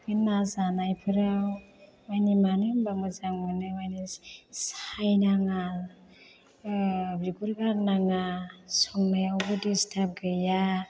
बे ना जानायफोराव मानि मानो होमबा मोजां मोनो मानि सायनाङा ओह बिगुर गारनाङा संनायावबो डिसटार्ब गैया